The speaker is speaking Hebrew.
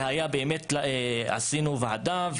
הקמנו ועדה,